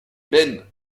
ben